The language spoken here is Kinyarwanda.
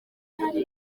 hari